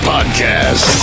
Podcast